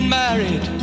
married